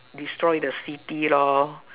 destroy the city lor